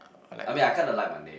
I mean I kinda like my name